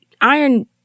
iron